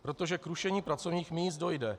Protože k rušení pracovních míst dojde.